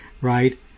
right